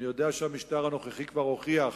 אני יודע שהמשטר הנוכחי כבר הוכיח